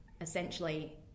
essentially